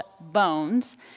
Bones